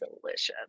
delicious